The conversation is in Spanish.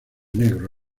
negro